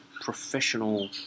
professional